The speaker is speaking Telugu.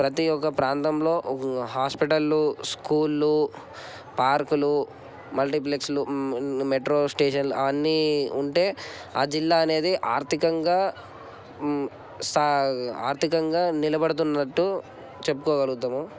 ప్రతి ఒక్క ప్రాంతంలో హాస్పిటళ్ళు స్కూళ్ళు పార్క్లు మల్టీఫ్లెక్స్లు మెట్రో స్టేషన్లు అన్నీ ఉంటే ఆ జిల్లా అనేది ఆర్థికంగా సా ఆర్థికంగా నిలబడుతున్నట్టు చెప్పుకోగలుగుతాము